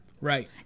Right